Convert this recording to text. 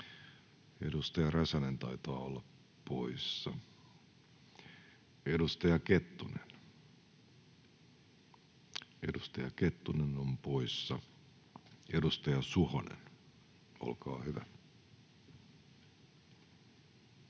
Edustaja Joona Räsänen taitaa olla poissa. Edustaja Kettunen on poissa. — Edustaja Suhonen, olkaa hyvä.